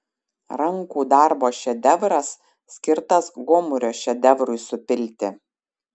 rankų darbo šedevras skirtas gomurio šedevrui supilti